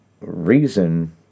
Reason